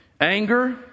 Anger